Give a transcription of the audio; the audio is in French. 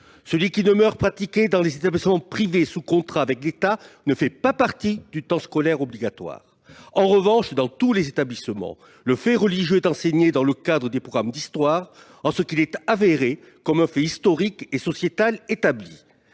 Celui qui demeure pratiqué dans les établissements privés sous contrat avec l'État ne fait pas partie du temps scolaire obligatoire. En revanche, dans tous les établissements, le fait religieux est enseigné dans le cadre des programmes d'histoire en ce qu'il est avéré comme un fait historique et sociétal établi.